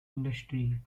industry